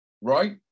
right